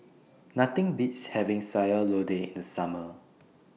Nothing Beats having Sayur Lodeh in The Summer